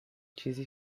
چیزی